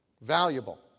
valuable